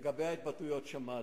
לגבי ההתבטאויות, שמעתי.